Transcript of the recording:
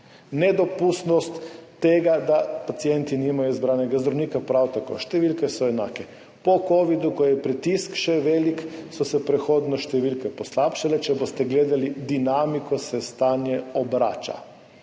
nedopustnost tega, da pacienti nimajo izbranega zdravnika, prav tako, številke so enake. Po covidu, ko je pritisk še velik, so se prehodno številke poslabšale, če boste gledali dinamiko, se stanje obrača.